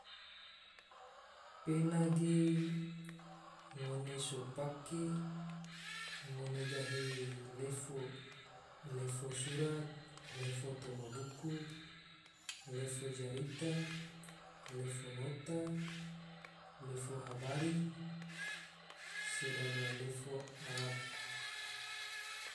Pena ge ngone so pake ngone gahi lefo, lefo surat, lefo toma buku, lefo jarita, leo nota, lefo habari, sedaba lefo arab